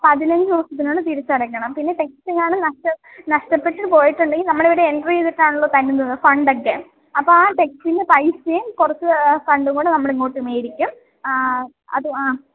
പതിനഞ്ച് ദിവസത്തിനുള്ളിൽ തിരിച്ചടയ്ക്കണം പിന്നെ ടെക്സ്റ്റെങ്ങാനും നഷ്ടപ്പെട്ട് പോയിട്ടുണ്ടെങ്കില് നമ്മളിവിടെ എൻ്റര് ചെയ്തിട്ടാണല്ലോ തരുന്നത് ഫണ്ടൊക്കെ അപ്പോള് ടെക്സ്റ്റിൻ്റെ പൈസയും കുറച്ച് ഫണ്ടും കൂടെ നമ്മളിങ്ങോട്ട് മേടിക്കും ആ അത് ആ